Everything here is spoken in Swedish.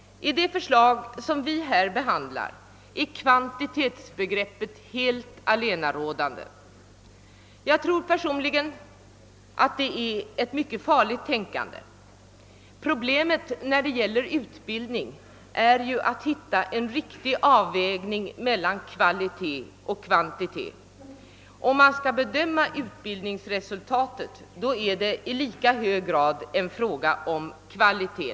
I det förslag som vi här behandlar är kvantitetsbegreppet helt allenarådande. Personligen tror jag att detta är ett mycket farligt tänkande. Problemet beträffande utbildning är ju att hitta en riktig avvägning mellan kvalitet och kvantitet. Vid bedömning av utbildningsresultatet blir detta i lika hög grad en fråga om kvalitet.